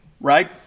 right